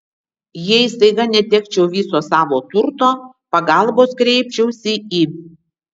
jei staiga netekčiau viso savo turto pagalbos kreipčiausi į